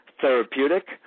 therapeutic